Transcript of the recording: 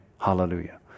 Hallelujah